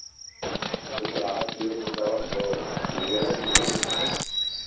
कुछ राहत के लिए कुछ दवा मिलेगा कि नहीं